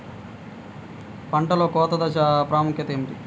పంటలో కోత దశ ప్రాముఖ్యత ఏమిటి?